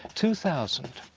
two thousand.